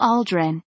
Aldrin